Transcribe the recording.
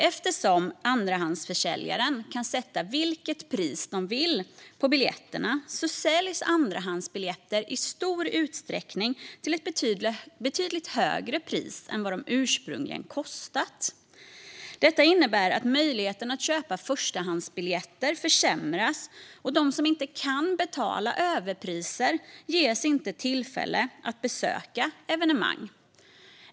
Eftersom andrahandsförsäljarna kan sätta vilket pris de vill på biljetterna säljs andrahandsbiljetter i stor utsträckning till ett betydligt högre pris än vad de ursprungligen kostat. Detta innebär att möjligheten att köpa förstahandsbiljetter försämras och att de som inte kan betala överpriser inte ges tillfälle att besöka evenemang.